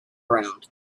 ground